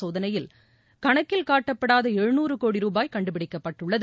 சோதனையில் கணக்கில் காட்டப்படாத மேற்கொண்ட கோடி ருபாய் கண்டுபிடிக்கப்பட்டுள்ளது